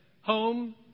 home